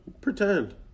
pretend